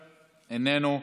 איננו,